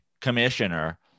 commissioner